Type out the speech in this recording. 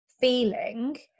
feeling